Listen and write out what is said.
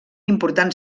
important